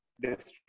District